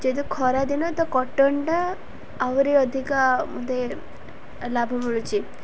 ଯେହେତୁ ଖରା ଦିନ ତ କଟନଟା ଆହୁରି ଅଧିକା ମୋତେ ଲାଭ ମିଳୁଛି